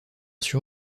sur